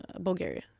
Bulgaria